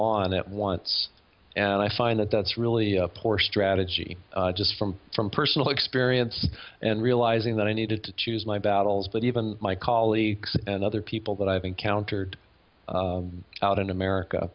on at once and i find that that's really poor strategy just from from personal experience and realizing that i needed to choose my battles but even my colleagues and other people that i've encountered out in america